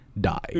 die